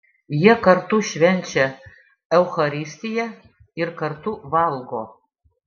jie kartu švenčia eucharistiją ir kartu valgo